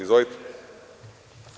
Izvolite?